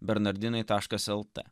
bernardinai taškas elta